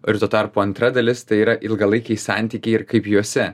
ir tuo tarpu antra dalis tai yra ilgalaikiai santykiai ir kaip juose